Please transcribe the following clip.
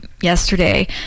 yesterday